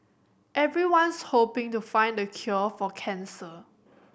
everyone's hoping to find the cure for cancer